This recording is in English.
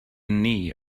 knee